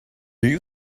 you